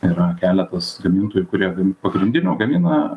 yra keletas gamintojų kurie pagrindinių gamina